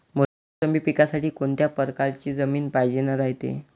मोसंबी पिकासाठी कोनत्या परकारची जमीन पायजेन रायते?